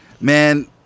man